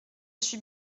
suis